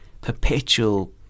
perpetual